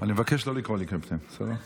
אני מבקש לא לקרוא לי קפטן, בסדר?